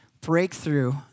breakthrough